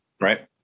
Right